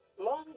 long